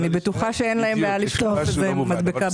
אני בטוחה שאין להם בעיה להשתמש במחשב עם המדבקה.